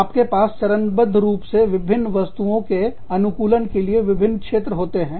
आपके पास चरणबद्ध रूप में विभिन्न वस्तुएँ के अनुकूलन के लिए विभिन्न क्षेत्रों होते हैं